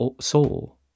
soul